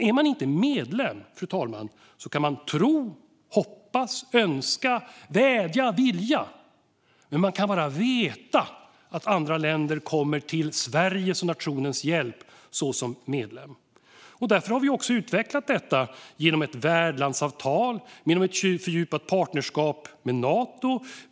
Är man inte medlem kan man tro, hoppas, önska, vädja och vilja, fru talman, men veta att andra länder kommer till Sveriges och nationens hjälp kan man bara som medlem. Därför har vi utvecklat detta, genom ett värdlandsavtal och ett fördjupat partnerskap med Nato.